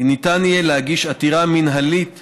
יהיה להגיש עתירה מינהלית